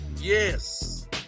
Yes